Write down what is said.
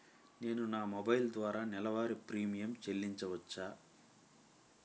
నేను నా మొబైల్ ద్వారా నెలవారీ ప్రీమియం చెల్లించవచ్చా?